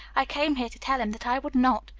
i came here to tell him that i would not.